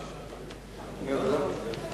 אני רוצה להודות.